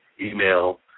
email